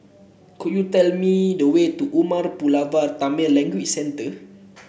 could you tell me the way to Umar Pulavar Tamil Language Centre